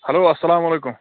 hello اسلامُ علیکُم